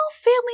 family